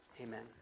Amen